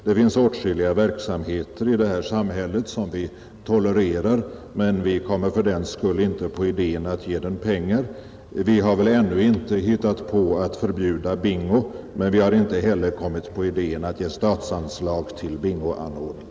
Det finns åtskilliga verksamheter i detta samhälle som vi tolererar, men vi kommer för den skull inte på idén att ge dem pengar. Vi har väl ännu inte hittat på att förbjuda bingo, men vi har inte heller kommit på idén att ge statsanslag till bingoanordningar.